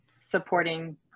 supporting